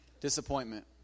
disappointment